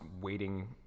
waiting